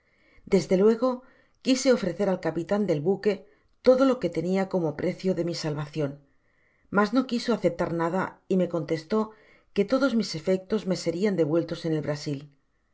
desde luego quise ofrecer al capitan del buque todo lo que tenia como precio de misalvacion mas no quiso aceptar nada y me contestó jque iodos mis efectos me sedan devueltos en el brasil